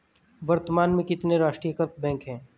वर्तमान में कितने राष्ट्रीयकृत बैंक है?